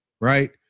right